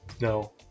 No